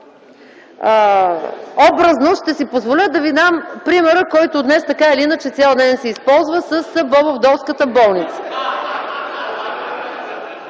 Образно ще си позволя да ви дам примера, който днес, така или иначе, цял ден се използва – с бобовдолската болница.